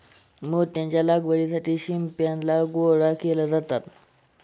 मोत्याच्या लागवडीसाठी शिंपल्या गोळा केले जातात